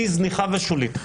היא זניחה ושולית?